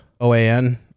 OAN